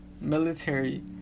military